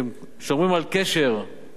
שהם שומרים על קשר.